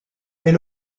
est